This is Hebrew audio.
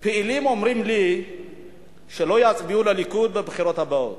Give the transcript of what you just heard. פעילים אומרים לי שלא יצביעו לליכוד בבחירות הבאות.